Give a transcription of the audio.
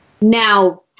Now